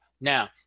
Now